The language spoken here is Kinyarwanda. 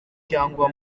cyangwa